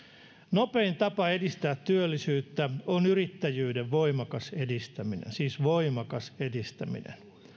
nopein tapa edistää työllisyyttä on yrittäjyyden voimakas edistäminen siis voimakas edistäminen